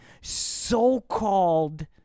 so-called